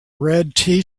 red